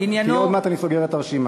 כי עוד מעט אני סוגר את הרשימה.